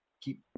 keep